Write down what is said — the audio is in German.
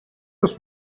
ist